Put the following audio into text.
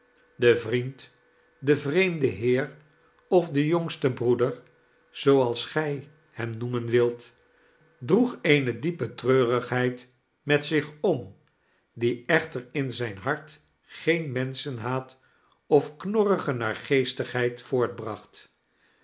de vriend de vreemde heer of de jongste broeder zooals gij hem noemen wilt droeg eene diepe treurigheid met zich om die echter in zijn hart geen menschenhaat of knorrige naargeestigheid